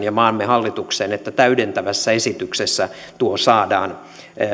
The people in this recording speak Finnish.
ja maamme hallitukseen että täydentävässä esityksessä tuo saadaan